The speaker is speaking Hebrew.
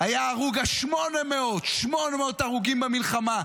היה ההרוג ה-800, 800 הרוגים במלחמה.